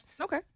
Okay